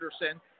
Anderson